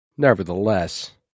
Nevertheless